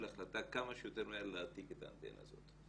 החלטה כמה שיותר מהר להעתיק את האנטנה הזאת.